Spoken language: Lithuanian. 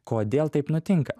kodėl taip nutinka